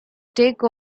take